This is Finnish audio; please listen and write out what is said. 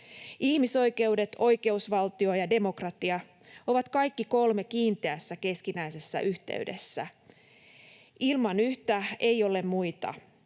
Ihmisoikeudet, oikeusvaltio ja demokratia ovat kaikki kolme kiinteässä keskinäisessä yhteydessä: ilman yhtä ei ole muita.